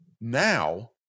Now